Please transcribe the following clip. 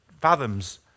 fathoms